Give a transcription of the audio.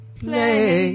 play